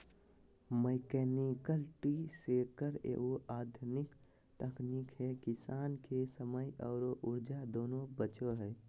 mechanical tree shaker एगो आधुनिक तकनीक है किसान के समय आरो ऊर्जा दोनों बचो हय